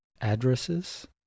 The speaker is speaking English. addresses